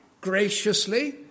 graciously